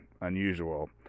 unusual